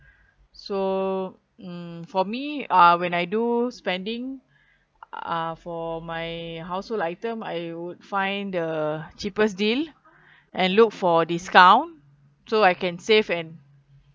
so um for me uh when I do spending uh for my household items I would find the cheapest deal and look for discount so I can save and